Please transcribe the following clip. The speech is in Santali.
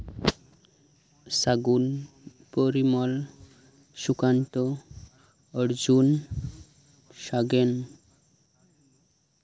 ᱥᱟᱹᱜᱩᱱ ᱯᱚᱨᱤᱢᱚᱞ ᱥᱩᱠᱟᱱᱛᱚ ᱚᱨᱡᱩᱱ ᱥᱟᱜᱮᱱ